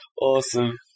Awesome